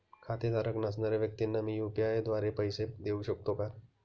खातेधारक नसणाऱ्या व्यक्तींना मी यू.पी.आय द्वारे पैसे देऊ शकतो का?